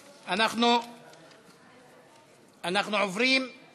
החינוך, התרבות והספורט